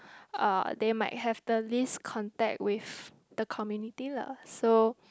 uh they might have the least contact with the community lah so